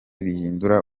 bihindura